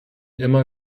immer